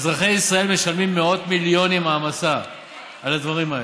אזרחי ישראל משלמים מאות מיליונים העמסה על הדברים האלה.